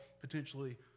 potentially